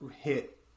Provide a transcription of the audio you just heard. hit